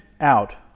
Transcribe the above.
out